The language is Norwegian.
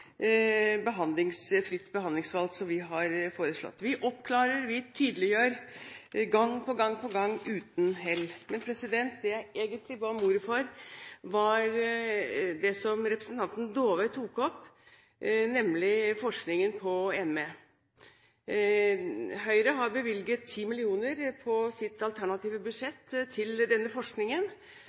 fritt behandlingsvalg, som vi har foreslått. Vi oppklarer og tydeliggjør gang på gang – uten hell. Men det jeg egentlig ba om ordet for, var det representanten Dåvøy tok opp, nemlig forskningen på ME. Høyre har bevilget 10 mill. kr på sitt alternative budsjett til denne forskningen, og jeg er glad for at helseministeren også ser viktigheten av denne forskningen